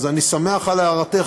אז אני שמח על הערתך,